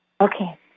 Okay